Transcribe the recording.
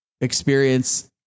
experience